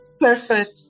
Perfect